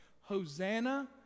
Hosanna